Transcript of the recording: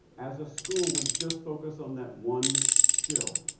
as a school, we just focus on that one skill.